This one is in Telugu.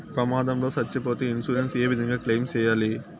ప్రమాదం లో సచ్చిపోతే ఇన్సూరెన్సు ఏ విధంగా క్లెయిమ్ సేయాలి?